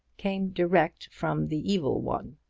came direct from the evil one.